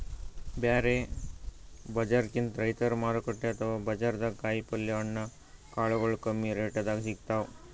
ಬ್ಯಾರೆ ಬಜಾರ್ಕಿಂತ್ ರೈತರ್ ಮಾರುಕಟ್ಟೆ ಅಥವಾ ಬಜಾರ್ದಾಗ ಕಾಯಿಪಲ್ಯ ಹಣ್ಣ ಕಾಳಗೊಳು ಕಮ್ಮಿ ರೆಟೆದಾಗ್ ಸಿಗ್ತಾವ್